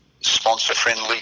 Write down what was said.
sponsor-friendly